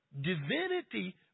divinity